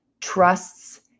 trusts